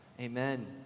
Amen